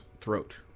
throat